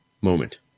moment